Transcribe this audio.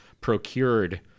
procured